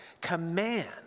command